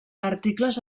articles